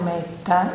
Metta